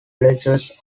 bleachers